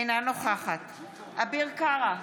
אינה נוכחת אביר קארה,